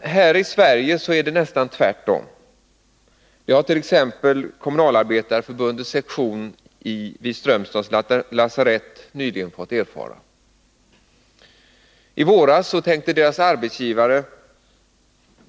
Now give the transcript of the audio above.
Här i Sverige är det nästan tvärtom. Det har t.ex. Kommunalarbetareförbundets sektion vid Strömstads lasarett nyligen fått erfara. I våras tänkte arbetsgivaren där